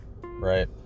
right